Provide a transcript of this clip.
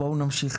בואו נמשיך.